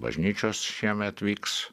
bažnyčios šiemet vyks